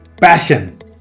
Passion